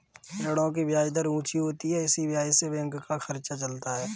ऋणों की ब्याज दर ऊंची होती है इसी ब्याज से बैंक का खर्चा चलता है